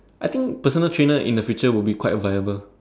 I think personal trainers in the future will be quite reliable